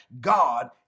God